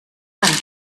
landen